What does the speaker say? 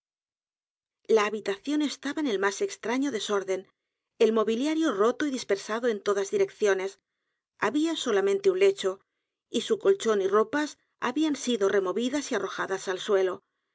la habitación estaba en el más extraño d e s o r d e n el mobiliario roto y dispersado en todas direcciones había solamente un lecho y su colchón y ropas habían sido removidas y arrojadas al suelo